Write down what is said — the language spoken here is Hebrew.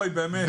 אוי באמת.